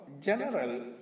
general